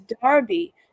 Darby